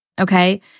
okay